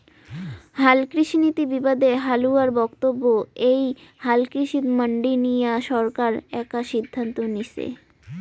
হালকৃষিনীতি বিবাদে হালুয়ার বক্তব্য এ্যাই হালকৃষিত মান্ডি নিয়া সরকার একা সিদ্ধান্ত নিসে